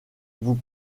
vous